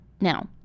Now